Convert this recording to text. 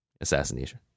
assassination